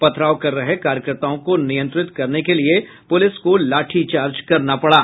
पथराव कर रहे कार्यकर्ताओं को नियंत्रित करने के लिए पुलिस को लाठीचार्ज करना पड़ा